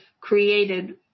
created